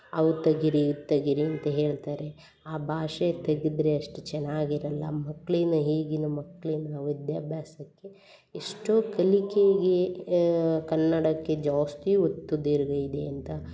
ಅವು ತೆಗೀರಿ ಇವು ತೆಗೀರಿ ಅಂತ ಹೇಳ್ತಾರೆ ಆ ಭಾಷೆ ತೆಗೆದರೆ ಎಷ್ಟು ಚೆನ್ನಾಗಿ ಇರೋಲ್ಲ ಮಕ್ಳಿನ ಈಗಿನ ಮಕ್ಳಿಗೆ ನಾವು ವಿದ್ಯಾಭ್ಯಾಸಕ್ಕೆ ಎಷ್ಟೋ ಕಲಿಕೆಗೆ ಕನ್ನಡಕ್ಕೆ ಜಾಸ್ತಿ ಒತ್ತು ದೀರ್ಘ ಇದೆ ಅಂತ